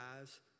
eyes